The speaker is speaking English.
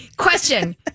Question